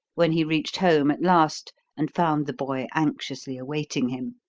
when he reached home at last and found the boy anxiously awaiting him.